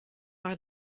are